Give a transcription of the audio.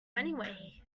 anyway